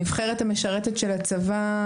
הנבחרת המשרתת של הצבא,